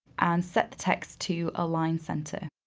and set the text to align center.